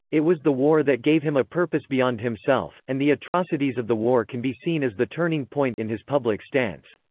it was the war that gave him a purpose beyond himself, and the atrocities of the war can be seen as the turning point in his public stance.